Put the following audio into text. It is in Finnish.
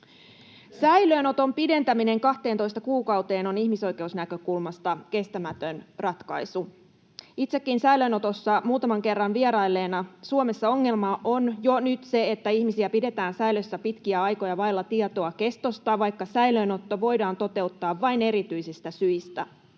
Säilöönoton pidentäminen 12 kuukauteen on ihmisoikeusnäkökulmasta kestämätön ratkaisu. Itsekin säilöönotossa muutaman kerran vierailleena tiedän, että Suomessa ongelma on jo nyt se, että ihmisiä pidetään säilössä pitkiä aikoja vailla tietoa kestosta, vaikka säilöönotto voidaan toteuttaa vain erityisistä syistä.